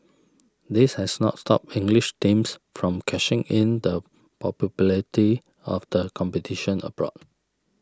this has not stopped English teams from cashing in the probability of the competition abroad